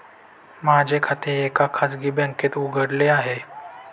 माझे खाते एका खाजगी बँकेत उघडले आहे